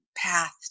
Path